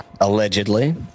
Allegedly